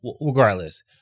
Regardless